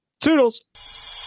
Toodles